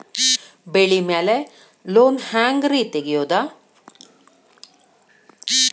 ಬೆಳಿ ಮ್ಯಾಲೆ ಲೋನ್ ಹ್ಯಾಂಗ್ ರಿ ತೆಗಿಯೋದ?